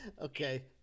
Okay